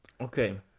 okay